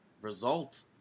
result